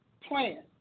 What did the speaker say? plan